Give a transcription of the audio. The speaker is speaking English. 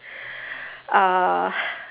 uh